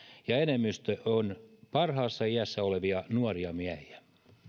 ja enemmistö on parhaassa iässä olevia nuoria miehiä